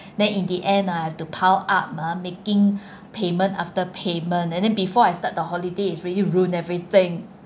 then in the end ah I have to pile up ah making payment after payment and then before I start the holiday is already ruin everything